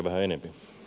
puhemies